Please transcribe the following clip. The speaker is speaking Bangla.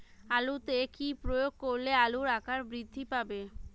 আলুতে কি প্রয়োগ করলে আলুর আকার বৃদ্ধি পাবে?